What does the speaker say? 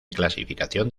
clasificación